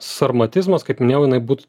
sarmatizmas kaip minėjau jinai būt